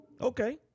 Okay